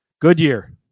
Goodyear